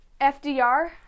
FDR